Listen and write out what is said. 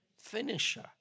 finisher